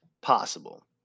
possible